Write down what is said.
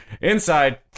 inside